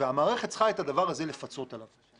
והמערכת צריכה את הדבר הזה לפצות עליו.